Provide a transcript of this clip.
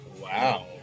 Wow